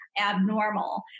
abnormal